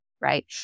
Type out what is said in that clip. right